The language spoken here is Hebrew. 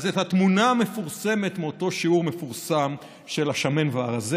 את התמונה מפורסמת מאותו שיעור מפורסם של השמן והרזה.